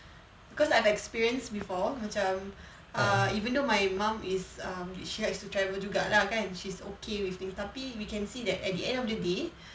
because I've experienced before macam err even though my mum is um she likes to travel juga lah kan she's okay with thing we can see that at the end of the day